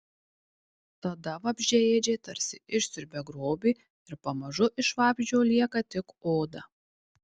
tada vabzdžiaėdžiai tarsi išsiurbia grobį ir pamažu iš vabzdžio lieka tik oda